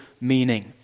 meaning